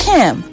Kim